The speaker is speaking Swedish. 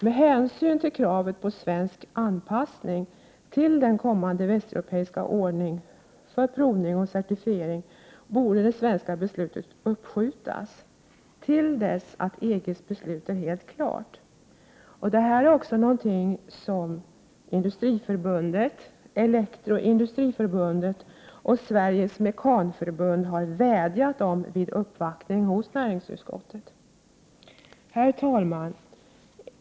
Med hänsyn till kravet på svensk anpassning till den kommande västeuropeiska ordningen för provning och certifiering borde det svenska beslutet uppskjutas till dess att EG:s beslut är helt klart. Det är också något som Industriförbundet, Elektroindustriförbundet och Sveriges mekanförbund har vädjat om vid en uppvaktning hos näringsutskottet. Herr talman!